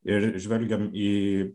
ir žvelgiam į